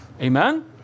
Amen